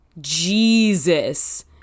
Jesus